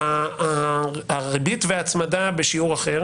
ריבית והצמדה בשיעור אחר